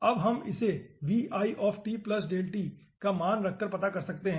अब इसे हम का मान रखकर पता कर सकते हैं